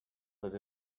that